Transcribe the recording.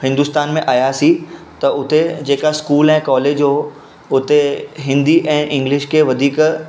हिंदुस्तान में आयासीं त उते जेका स्कूल ऐं कॉलेज हुओ उते हिंदी ऐं इंग्लिश खे वधीक